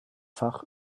fach